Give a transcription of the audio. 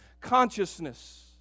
consciousness